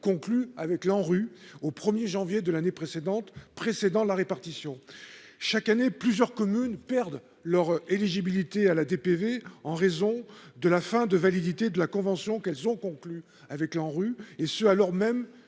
conclue avec l'ANRU au 1er janvier de l'année précédente, précédant la répartition, chaque année, plusieurs communes perdent leur éligibilité à la DPV en raison de la fin de validité de la convention qu'elles ont conclus avec l'ANRU et ce, alors même